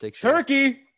Turkey